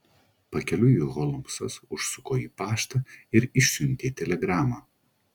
pakeliui holmsas užsuko į paštą ir išsiuntė telegramą